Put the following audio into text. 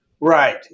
Right